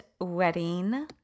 wedding